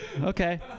Okay